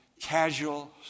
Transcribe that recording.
casual